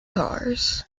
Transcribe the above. cars